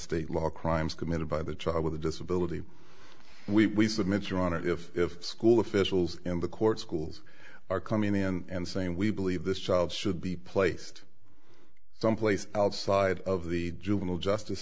state law crimes committed by the child with a disability we submit your honor if school officials in the court schools are coming in and saying we believe this child should be placed someplace outside of the juvenile justice